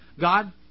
God